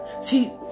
See